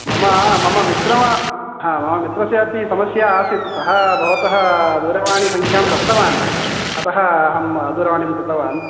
मम मम मित्रमा मम मित्रस्यापि सः भवतः दूवरवाणीसङ्ख्यां दत्तवान् अतः दूरवाणीं कृतवान्